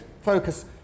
focus